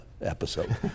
episode